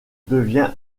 devient